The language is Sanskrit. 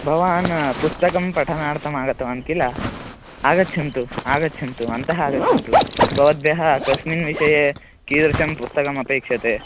भवान् पुस्तकं पठनार्थमागतवान् खिल आगच्छन्तु आगच्छन्तु अन्तः आगच्छन्तु भवद्भ्यः कस्मिन् विषये कीदृशं पुस्तकं अपेक्षते